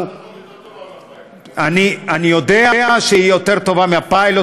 אני יודע שהיא יותר טובה מהפיילוט.